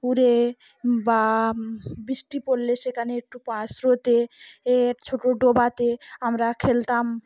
কুড়ে বা বৃষ্টি পড়লে সেখানে একটু পাশ রোতে এ ছোটো ডোবাতে আমরা খেলতাম